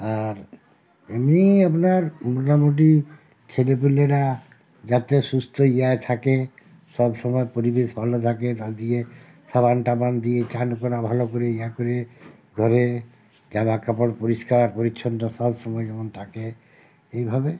আর এমনি আপনার মোটামোটি ছেলে পেলেরা যাতে সুস্থ ইয়া থাকে সব সময় পরিবেশ ভালো থাকে তা দিয়ে সাবান টাবান দিয়ে স্নান করা ভালো করে ইয়া করে ঘরে জামাকাপড় পরিষ্কার পরিচ্ছন্ন সব সময় যেমন থাকে এইভাবে